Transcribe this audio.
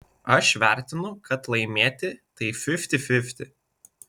aš vertinu kad laimėti tai fifty fifty